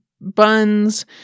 buns